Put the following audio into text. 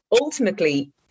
ultimately